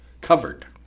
covered